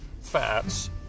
fats